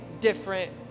different